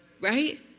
right